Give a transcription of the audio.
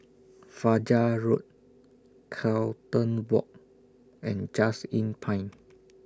Fajar Road Carlton Walk and Just Inn Pine